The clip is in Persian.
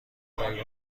هایی